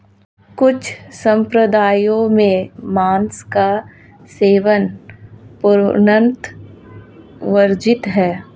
कुछ सम्प्रदायों में मांस का सेवन पूर्णतः वर्जित है